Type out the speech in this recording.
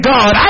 God